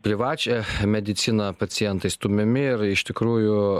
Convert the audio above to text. privačią mediciną pacientai stumiami ir iš tikrųjų